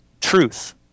truth